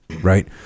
right